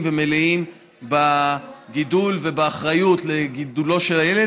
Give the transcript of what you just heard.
ומלאים בגידול ובאחריות לגידולו של הילד,